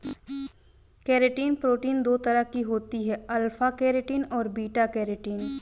keratin protein दो तरह की होती है अल्फ़ा केरेटिन और बीटा केरेटिन